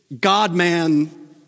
God-man